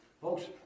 folks